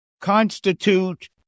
constitute